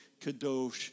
kadosh